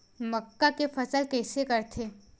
मक्का के फसल कइसे करथे?